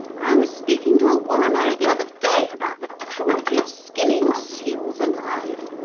i was speaking to a woman only the other day about the cruelty of skinning seals alive.